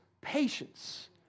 patience